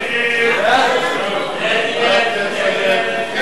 ההצעה להסיר מסדר-היום את הצעת חוק העונשין (תיקון,